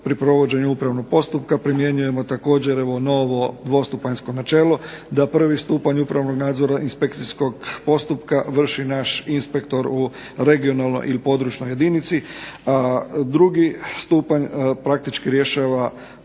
pri provođenju upravnog postupka primjenjujemo također evo novo dvostupanjsko načelo da prvi stupanj upravnog nadzora inspekcijskog postupka vrši naš inspektor u regionalnoj ili područnoj jedinici. Drugi stupanj praktički rješava